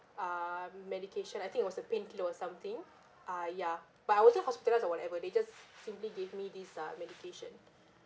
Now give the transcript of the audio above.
ah medication I think it was a pain killer or something ah ya but I wasn't hospitalised or whatever they just simply gave me this ah medication